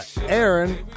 aaron